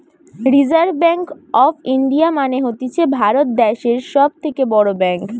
reserve bank of India মানে হতিছে ভারত দ্যাশের সব থেকে বড় ব্যাঙ্ক